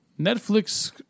Netflix